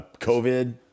COVID